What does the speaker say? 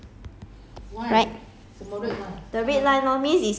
then err must see cannot see the red line I think